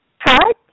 Hi